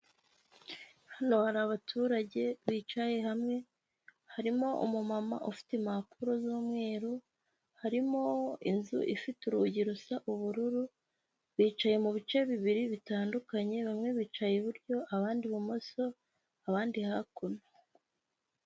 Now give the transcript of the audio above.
Hano hari abaturage bicaye hamwe, harimo umumama ufite impapuro z'umweru, harimo inzu ifite urugi rusa ubururu, bicaye mu bice bibiri bitandukanye, bamwe bicaye iburyo abandi ibumoso, abandi hakuno.